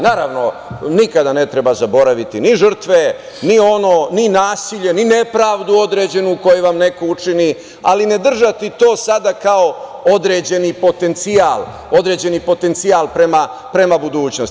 Naravno, nikada ne treba zaboraviti ni žrtve, ni nasilje, ni nepravdu određenu koju vam neko učini, ali ne držati to sada kao određeni potencijal prema budućnosti.